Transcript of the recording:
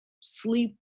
sleep